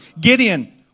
Gideon